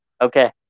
Okay